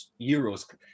Euros